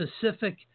specific